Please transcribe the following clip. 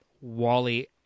Wally